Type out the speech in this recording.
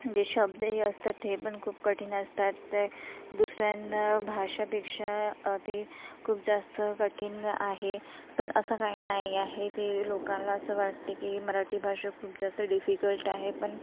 जे शब्दही असतात हे पण खूप कठीण असतात ते दुसऱ्यांना भाषापेक्षा अ ते खूप जास्त कठीण आहे पण असं काही नाही आहे ते लोकांना असं वाटते की मराठी भाषा खूप जास्त डिफिकल्ट आहे पण